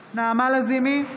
לזימי,